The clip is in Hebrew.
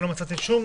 אני לא מצאתי שום